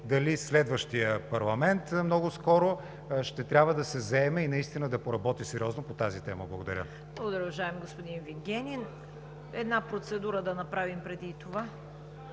дали следващият парламент много скоро ще трябва да се заеме и наистина да поработи сериозно по тази тема. Благодаря. ПРЕДСЕДАТЕЛ ЦВЕТА КАРАЯНЧЕВА: Благодаря, уважаеми господин Вигенин. Една процедура да направим преди това.